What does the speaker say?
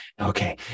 Okay